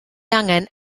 angen